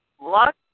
Luck